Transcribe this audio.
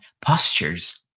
postures